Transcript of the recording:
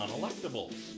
Unelectables